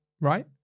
right